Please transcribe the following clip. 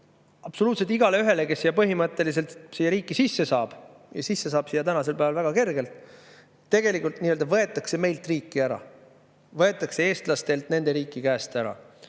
absoluutselt igaühele, kes põhimõtteliselt siia riiki sisse saab – ja sisse saab siia tänasel päeval väga kergelt –, võetakse tegelikult meilt riik ära, võetakse eestlastelt nende riik käest ära.